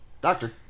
Doctor